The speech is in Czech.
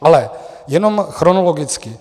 Ale jenom chronologicky.